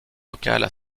locales